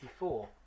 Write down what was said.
1984